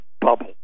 bubble